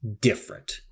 different